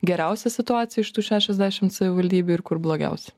geriausią situaciją iš tų šešiasdešimt savivaldybių ir kur blogiausią